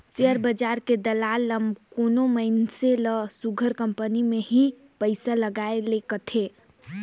share बजार के दलाल मन कोनो मइनसे ल सुग्घर कंपनी में ही पइसा लगाए ले कहथें